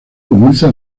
comienza